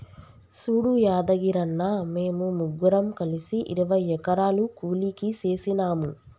సూడు యాదగిరన్న, మేము ముగ్గురం కలిసి ఇరవై ఎకరాలు కూలికి సేసినాము